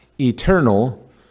eternal